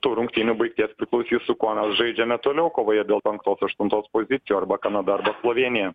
tų rungtynių baigties priklausys su kuo mes žaidžiame toliau kovoje dėl penktos aštuntos pozicijų arba kanada arba slovėnija